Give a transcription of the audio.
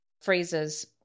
phrases